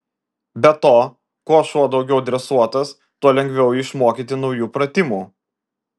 be to kuo šuo daugiau dresuotas tuo lengviau jį išmokyti naujų pratimų